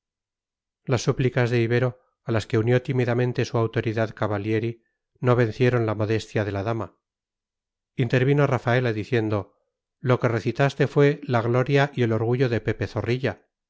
las súplicas de ibero a las que unió tímidamente su autoridad cavallieri no vencieron la modestia de la dama intervino rafaela diciendo lo que recitaste fue la gloria y el orgullo de pepe zorrilla